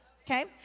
Okay